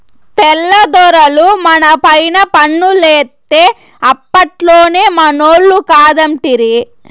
తెల్ల దొరలు మనపైన పన్నులేత్తే అప్పట్లోనే మనోళ్లు కాదంటిరి